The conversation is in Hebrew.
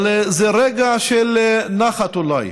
אבל זה רגע של נחת, אולי,